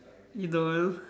you don't